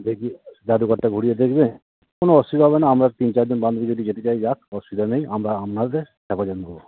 দেখিয়ে জাদুঘরটা ঘুরিয়ে দেখবে কোনো অসুবিধা হবে না আপনার তিন চারজন বান্ধবী যদি যেতে চায় যাক অসুবিধা নেই আমরা আপনাদের দেবো